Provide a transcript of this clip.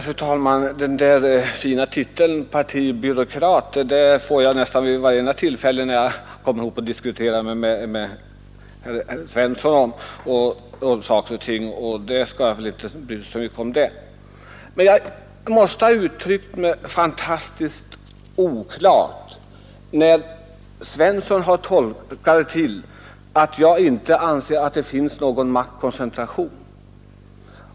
Fru talman! Den fina titeln partibyråkrat får jag nästan vid varje tillfälle som jag diskuterar saker och ting med herr Svensson i Malmö, men det skall jag väl inte bry mig så mycket om. Jag måste ha uttryckt mig fantastiskt oklart, när herr Svensson har kunnat tolka det till att jag inte ansett att det finns någon maktkoncentration.